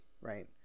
right